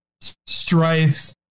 strife